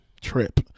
trip